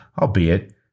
albeit